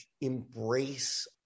embrace